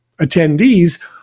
attendees